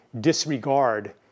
disregard